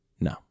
No